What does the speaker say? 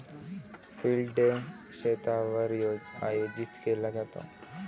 field day शेतावर आयोजित केला जातो